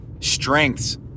strengths